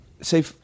say